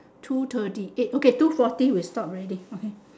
two thirty eight okay two forty we stop already